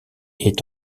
est